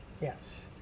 Yes